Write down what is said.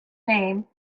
name